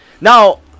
Now